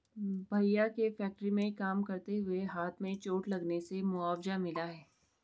भैया के फैक्ट्री में काम करते हुए हाथ में चोट लगने से मुआवजा मिला हैं